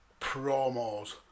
promos